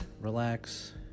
relax